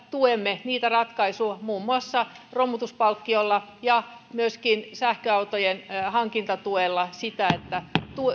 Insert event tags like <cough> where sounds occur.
<unintelligible> tuemme niitä ratkaisuja muun muassa romutuspalkkiolla ja myöskin sähköautojen hankintatuella että